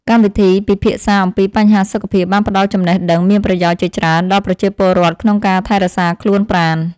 កម្មវិធីពិភាក្សាអំពីបញ្ហាសុខភាពបានផ្តល់ចំណេះដឹងមានប្រយោជន៍ជាច្រើនដល់ប្រជាពលរដ្ឋក្នុងការថែរក្សាខ្លួនប្រាណ។